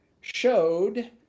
showed